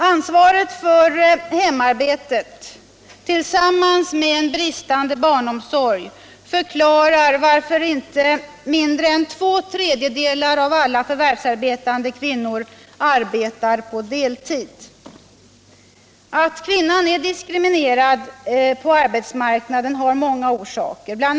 Ansvaret för hemarbete tillsammans med en bristande barnomsorg förklarar varför inte mindre än två tredjedelar av alla förvärvsarbetande kvinnor arbetar på deltid. Att kvinnan är diskriminerad på arbetsmarknaden har många orsaker. Bl.